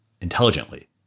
intelligently